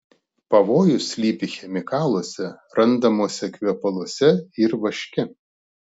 pavojus slypi chemikaluose randamuose kvepaluose ir vaške